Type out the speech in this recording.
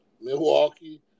Milwaukee